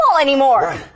anymore